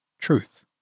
truth